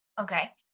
Okay